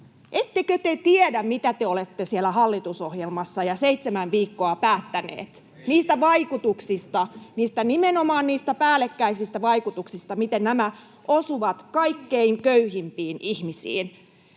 Ettekö te tiedä, mitä te olette siellä hallitusohjelmassa ja seitsemän viikon aikana päättäneet niistä vaikutuksista, nimenomaan niistä päällekkäisistä vaikutuksista, miten nämä osuvat kaikkein köyhimpiin ihmisiin?